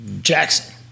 Jackson